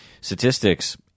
statistics